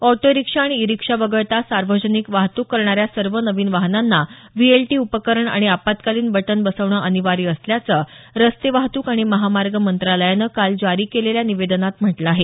autorickshaw आणि e rickshaw वगळता सार्वजनिक वाहतूक करणाऱ्या सर्व नवीन वाहनांना व्हीएलटी उपकरण आणि आपत्कालीन बटण बसवणं अनिवार्य असल्याचं रस्ते वाहतूक आणि महामार्ग मंत्रालयानं काल जारी केलेल्या निवेदनात म्हटलं आहे